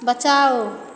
बचाओ